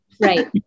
Right